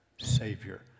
Savior